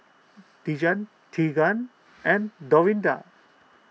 Deegan Teagan and Dorinda